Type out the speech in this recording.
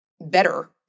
better